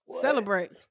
Celebrate